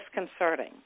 disconcerting